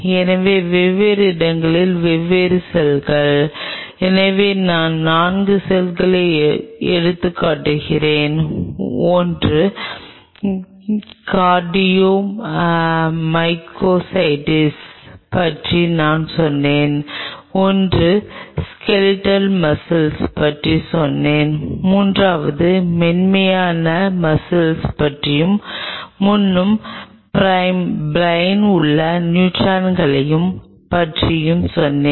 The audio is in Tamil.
எனவே வெவ்வேறு இடங்களில் வெவ்வேறு செல்கள் எனவே நான் 4 செல்களை எடுத்துக்காட்டுகிறேன் 1 கார்டியோ மயோசைட்டுகளைப் பற்றி நான் சொன்னேன் ஒன்று ஸ்கெலெட்டல் மஸ்ஸிள் பற்றி சொன்னேன் மூன்றாவது மென்மையான மஸ்ஸிள் பற்றியும் முன்னும் பிரைன் உள்ள நியூரான்களைப் பற்றியும் சொன்னேன்